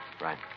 Right